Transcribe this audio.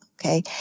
okay